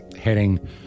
heading